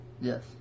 Yes